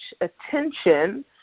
attention